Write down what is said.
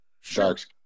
sharks